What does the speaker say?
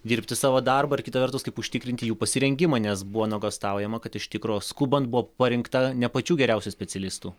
dirbti savo darbą ir kita vertus kaip užtikrinti jų pasirengimą nes buvo nuogąstaujama kad iš tikro skubant buvo parinkta ne pačių geriausių specialistų